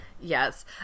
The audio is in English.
Yes